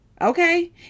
okay